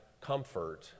comfort